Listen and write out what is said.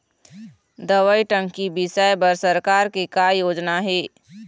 दवई टंकी बिसाए बर सरकार के का योजना हे?